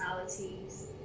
personalities